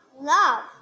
love